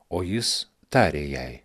o jis tarė jai